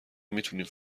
میتونین